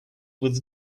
was